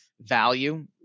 value